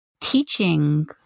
teaching